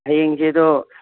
ꯍꯌꯦꯡꯖꯦ ꯑꯗꯣ